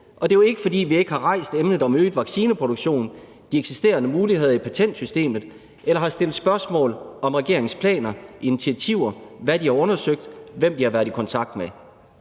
Og det er jo ikke, fordi vi ikke har rejst emnerne om øget vaccineproduktion, de eksisterende muligheder i patentsystemet eller har stillet spørgsmål til regeringens planer, initiativer, hvad de har undersøgt, og hvem de har været i kontakt med.